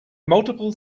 multiple